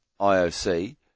IOC